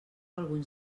alguns